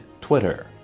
Twitter